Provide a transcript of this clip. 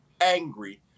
angry